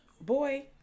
Boy